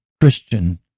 Christian